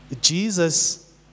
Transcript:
Jesus